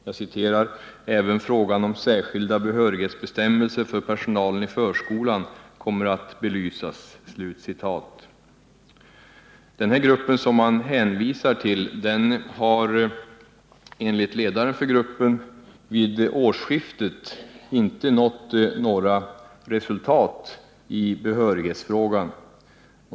Man säger: ”Även frågan om särskilda behörighetsbestämmelser för personalen i förskolan kommer att belysas.” Den grupp som man hänvisar till har, enligt gruppens ledare, vid årsskiftet inte nått några resultat i behörighetsfrågan.